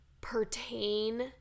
pertain